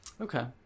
Okay